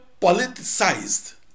politicized